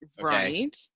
right